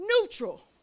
Neutral